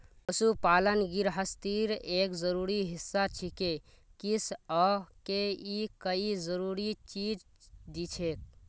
पशुपालन गिरहस्तीर एक जरूरी हिस्सा छिके किसअ के ई कई जरूरी चीज दिछेक